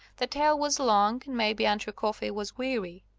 the tale was long, and maybe andrew coffey was weary.